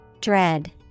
Dread